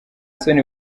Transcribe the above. soni